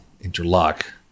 interlock